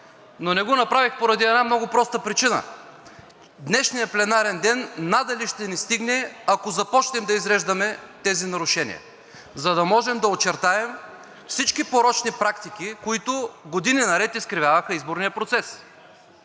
но не го направих поради една много проста причина. Днешният пленарен ден надали ще ни стигне, ако започнем да изреждаме тези нарушения, за да можем да очертаем всички порочни практики, които години наред изкривяваха изборния процес,